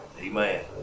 Amen